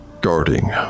guarding